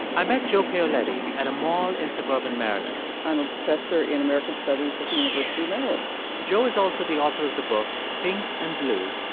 i met jo paoletti at a mall in suburban maryland i'm a professor in american studies at the university of maryland jo is also the author of the book pink and blue,